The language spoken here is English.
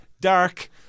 dark